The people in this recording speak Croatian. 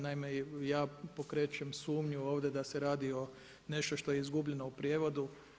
Naime, ja pokrećem sumnju ovdje da se radi o nešto što je izgubljeno u prijevodu.